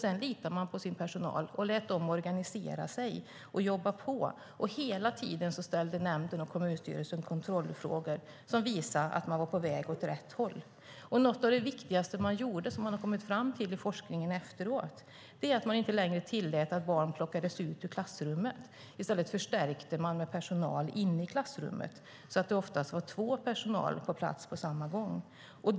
Sedan litade man på sin personal och lät dem organisera arbetet och jobba på. Hela tiden ställde nämnden och kommunstyrelsen kontrollfrågor som visade om de var på väg åt rätt håll. I stället förstärkte man med personal i klassrummet så att det oftast var två lärare på plats samtidigt.